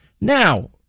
Now